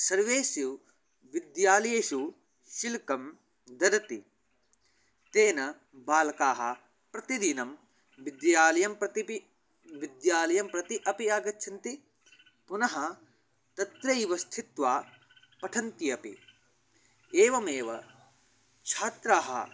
सर्वेषु विद्यालयेषु शुल्कं ददाति तेन बालकाः प्रतिदिनं विद्यालयं प्रति विद्यालयं प्रति अपि आगच्छन्ति पुनः तत्रैव स्थित्वा पठन्ति अपि एवमेव छात्राः